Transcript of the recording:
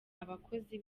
abakozi